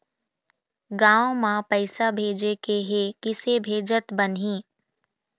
गांव म पैसे भेजेके हे, किसे भेजत बनाहि?